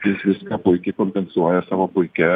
jis viską puikiai kompensuoja savo puikia